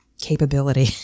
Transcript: capability